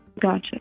Gotcha